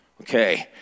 Okay